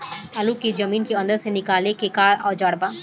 आलू को जमीन के अंदर से निकाले के का औजार बा?